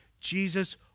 Jesus